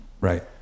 right